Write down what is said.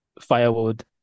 firewood